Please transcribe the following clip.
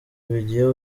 bigiye